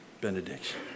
benediction